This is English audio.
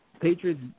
Patriots